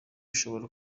ushobora